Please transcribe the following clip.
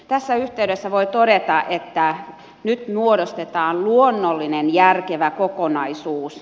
tässä yhteydessä voi todeta että nyt muodostetaan luonnollinen järkevä kokonaisuus